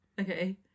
okay